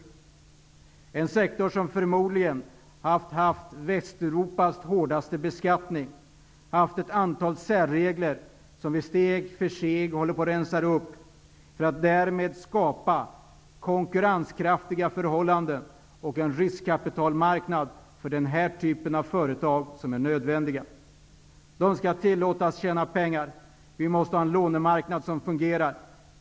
Det är en sektor som förmodligen har haft Västeuropas hårdaste beskattning. Den har haft ett antal särregler som vi nu steg för steg håller på att rensa upp. Därmed vill vi skapa konkurrenskraftiga förhållanden och en riskkapitalmarknad för den här typen av företag. Det är nödvändigt att göra detta. De skall tillåtas att tjäna pengar. Vi måste ha en lånemarknad som fungerar.